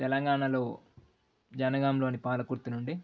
తెలంగాణలో జనగాంలోని పాలకుర్తి నుండి